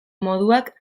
moduak